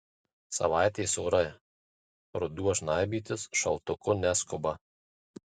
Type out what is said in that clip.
savaitės orai ruduo žnaibytis šaltuku neskuba